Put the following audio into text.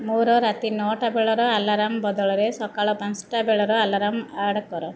ମୋର ରାତି ନଅଟା ବେଳର ଆଲାର୍ମ ବଦଳରେ ସକାଳ ପାଞ୍ଚଟା ବେଳର ଆଲାର୍ମ ଆଡ଼୍ କର